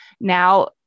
now